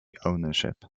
ownership